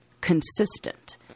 consistent